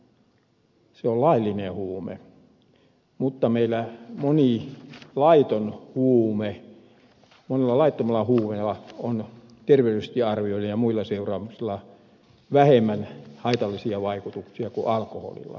se on laillinen huume mutta meillä monilla laittomilla huumeilla on terveydellisesti ja muilla seuraamuksilla arvioiden vähemmän haitallisia vaikutuksia kuin alkoholilla